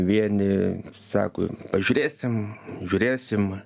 vieni sako pažiūrėsim žiūrėsim